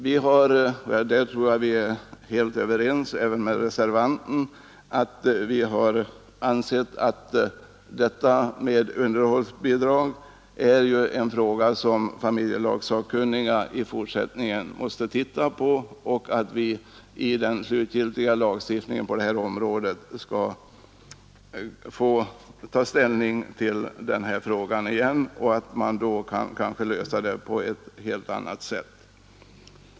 Vi har ansett — och därvidlag tror jag att vi är helt överens med reservanten — att familjelagssakkunniga i fortsättningen måste titta på frågan om underhållsbidrag. Vi bör, vid genomförandet av den slutgiltiga lagstiftningen på detta område, få ta ställning till denna fråga igen, och då kanske vi kan lösa problemet på ett helt annat sätt.